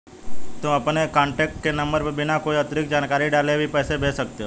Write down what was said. तुम अपने कॉन्टैक्ट के नंबर पर बिना कोई अतिरिक्त जानकारी डाले भी पैसे भेज सकते हो